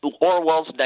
Orwell's